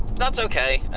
that's okay,